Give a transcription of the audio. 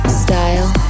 style